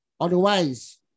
Otherwise